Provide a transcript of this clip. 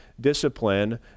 discipline